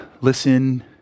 listen